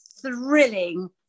thrilling